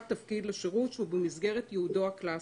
תפקיד לשירות שהוא במסגרת ייעודו הקלסי: